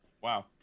Wow